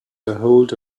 ahold